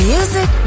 Music